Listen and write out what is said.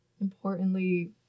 importantly